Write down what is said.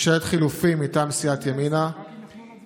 חברת הכנסת סונדוס סאלח, ולאחר מכן, אוסאמה סעדי.